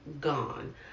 gone